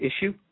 issue